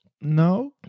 No